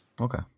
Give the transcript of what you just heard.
Okay